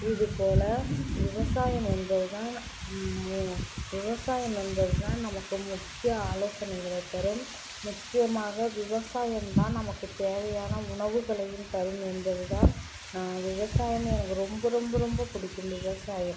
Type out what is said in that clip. இது போல் விவசாயம் என்பது தான் விவசாயம் என்பது தான் நமக்கு முக்கிய ஆலோசனைகளை தரும் முக்கியமாக விவசாயம் தான் நமக்கு தேவையான உணவுகளையும் தரும் என்பது தான் விவசாயம் எனக்கு ரொம்ப ரொம்ப ரொம்ப பிடிக்கும் விவசாயம்